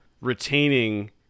retaining